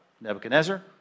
Nebuchadnezzar